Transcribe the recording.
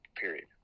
period